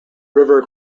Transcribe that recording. river